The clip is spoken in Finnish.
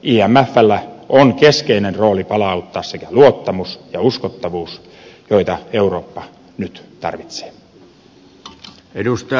imfllä on keskeinen rooli palauttaa sekä luottamus että uskottavuus joita eurooppa nyt tarvitsee